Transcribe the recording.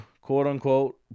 quote-unquote